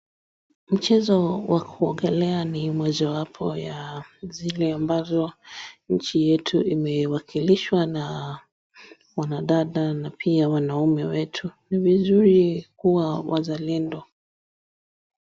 Mchezo wa kuongelea ni mojawapo ya zile ambazo nchi yetu imewakilishwa na wanadada na pia wanaume wetu, ni vizuri kuwa wazalendo.